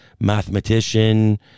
mathematician